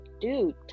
dude